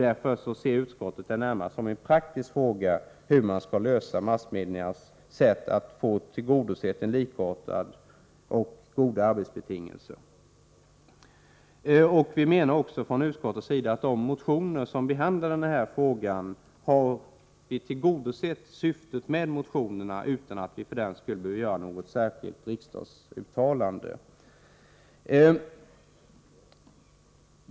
Därför ser utskottet det närmast som en praktisk fråga hur man skall tillgodose massmediernas behov av likartade och goda arbetsbetingel ser. Vi menar också från utskottets sida att vi har tillgodosett syftet i de motioner som behandlar denna fråga — utan att vi för den skull behöver göra något särskilt riksdagsuttalande.